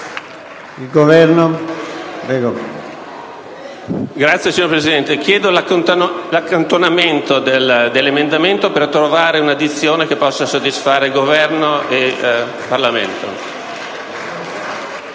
sociali*. Signor Presidente, chiedo l'accantonamento dell'emendamento 5.203 per trovare una formulazione che possa soddisfare il Governo e il Parlamento.